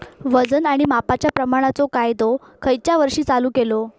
वजन आणि मापांच्या प्रमाणाचो कायदो खयच्या वर्षी चालू केलो?